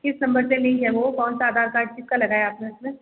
किस नंबर से लिंक है वो कौन सा आधार कार्ड किसका लगाया आपने उसमें